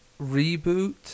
reboot